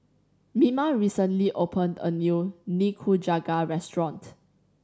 Mima recently opened a new Nikujaga restaurant